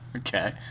Okay